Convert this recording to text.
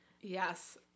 Yes